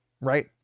right